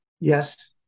Yes